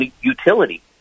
utility